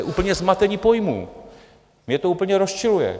To je úplně zmatení pojmů, mě to úplně rozčiluje.